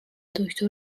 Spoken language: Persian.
دکتر